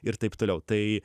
ir taip toliau tai